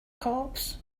cops